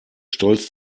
stolz